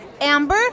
Amber